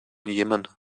jemen